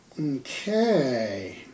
Okay